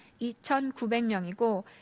2,900명이고